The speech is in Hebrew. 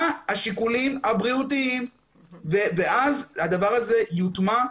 השיקולים הבריאותיים ואז הדבר הזה יוטמע.